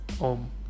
om